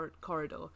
corridor